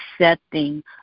accepting